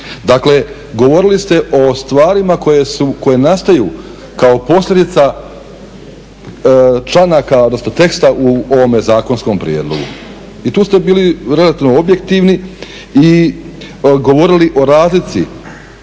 Dakle, govorili ste o stvarima koje nastaju kao posljedica članaka, odnosno teksta u ovome zakonskom prijedlogu. I tu ste bili relativno objektivni i govorili o razlici,